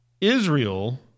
Israel